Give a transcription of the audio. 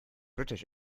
british